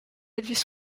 elvis